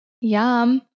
yum